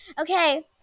Okay